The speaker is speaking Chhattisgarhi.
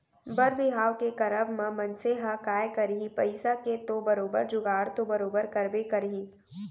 बर बिहाव के करब म मनसे ह काय करही पइसा के तो बरोबर जुगाड़ तो बरोबर करबे करही